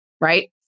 right